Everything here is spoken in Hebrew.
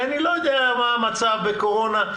אני לא יודע מה המצב בקורונה.